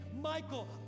Michael